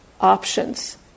options